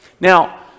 Now